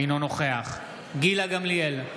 אינו נוכח גילה גמליאל,